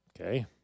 Okay